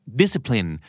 discipline